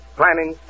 planning